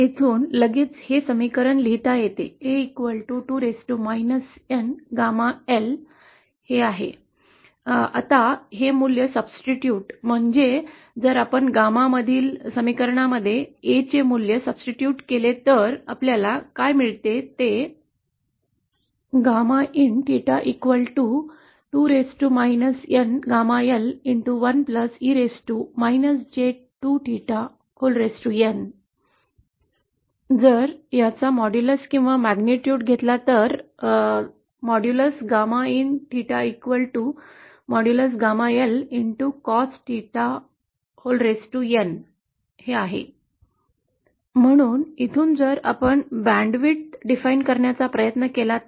येथून लगेच हे समीकरण लिहिता येते A हे आहे आता हे मूल्य सब्स्टीट्यूट म्हणजेच जर आपण γ मधील समीकरणामध्ये A चे मूल्य सब्स्टीट्यूट केले तर आपल्याला काय मिळते ते gammain theta 2 raised to N1e raised to j2thetawhole raised o N याचा मॉड्यूलस केला तर किंवा या फंक्शनमधील γ चा परिमाण घेतला तर नंतर ते mod कॉस 𝚹 आहे म्हणून येथून जर आपण बँड रुंदी परिभाषित करण्याचा प्रयत्न केला तर